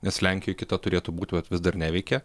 nes lenkijoj kita turėtų būt bet vis dar neveikia